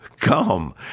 come